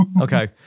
okay